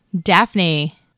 Daphne